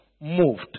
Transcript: moved